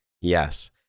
Yes